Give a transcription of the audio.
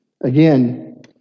Again